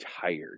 tired